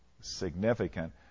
significant